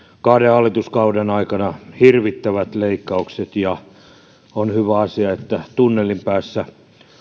kahden hallituskauden aikana hirvittävät leikkaukset ja on hyvä asia että tunnelin päässä